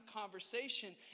conversation